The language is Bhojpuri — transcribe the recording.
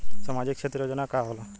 सामाजिक क्षेत्र योजना का होला?